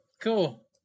cool